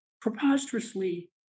preposterously